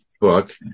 book